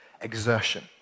exertion